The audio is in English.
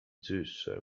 juice